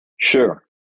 Sure